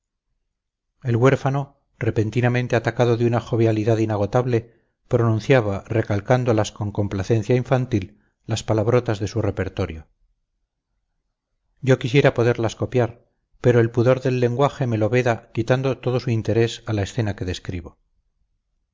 el huérfano repentinamente atacado de una jovialidad inagotable pronunciaba recalcándolas con complacencia infantil las palabrotas de su repertorio yo quisiera poderlas copiar pero el pudor del lenguaje me lo veda quitando todo su interés a la escena que describo